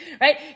right